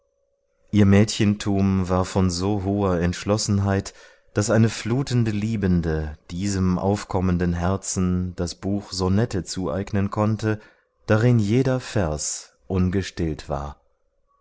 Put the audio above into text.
ihr mädchentum war von so hoher entschlossenheit daß eine flutende liebende diesem aufkommenden herzen das buch sonette zueignen konnte darin jeder vers ungestillt war